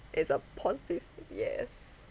it's a positive yes